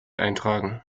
eintragen